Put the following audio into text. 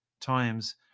times